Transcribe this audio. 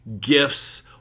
gifts